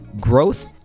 growth